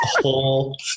whole